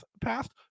passed